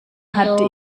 hatte